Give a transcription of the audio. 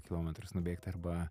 kilometrus nubėgt arba